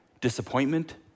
disappointment